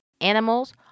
animals